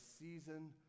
season